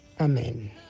amen